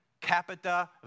capita